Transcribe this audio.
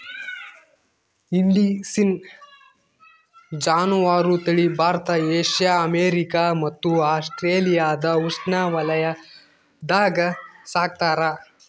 indicine ಜಾನುವಾರು ತಳಿ Bharat Asia America ಮತ್ತು ಆಸ್ಟ್ರೇಲಿಯಾದ ಉಷ್ಣವಲಯಾಗ ಸಾಕ್ತಾರ